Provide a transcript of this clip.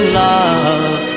love